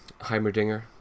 Heimerdinger